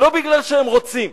לא מפני שהם רוצים,